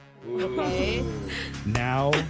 Now